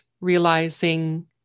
realizing